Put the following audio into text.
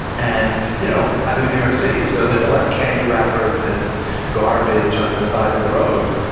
and you know i live in new york city so there are like candy wrappers and garbage on the side of the road.